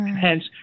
Hence